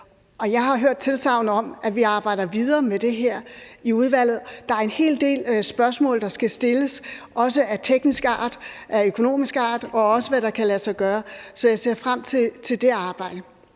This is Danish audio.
jeg har hørt tilsagn om, at vi arbejder videre med det her i udvalget. Der er en hel del spørgsmål, der skal stilles, af teknisk art, af økonomisk art, og også om, hvad der kan lade sig gøre. Så jeg ser frem til det arbejde.